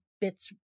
bits